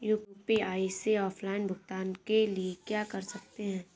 UPI से offline भुगतान के लिए क्या कर सकते हैं?